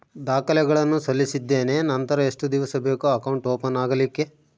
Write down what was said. ದಾಖಲೆಗಳನ್ನು ಸಲ್ಲಿಸಿದ್ದೇನೆ ನಂತರ ಎಷ್ಟು ದಿವಸ ಬೇಕು ಅಕೌಂಟ್ ಓಪನ್ ಆಗಲಿಕ್ಕೆ?